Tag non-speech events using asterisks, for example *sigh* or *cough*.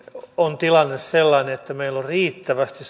on tilanne sellainen että meillä on riittävästi *unintelligible*